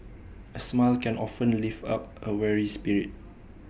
A smile can often lift up A weary spirit